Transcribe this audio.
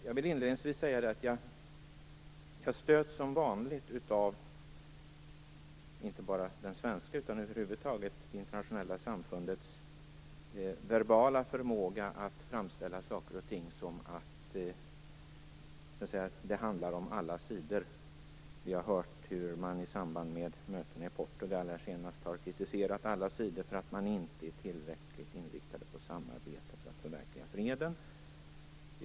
Jag stöts, som vanligt, av inte bara den svenska med över huvud taget internationella samfundets verbala förmåga att framställa saker som "att det handlar om alla sidor". Vi har hört hur man i samband med möten - senast nu i Portugal - har kritiserat alla sidor för att de inte är tillräckligt inriktade på samarbete för att förverkliga freden.